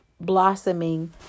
blossoming